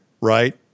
right